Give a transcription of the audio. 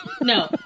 No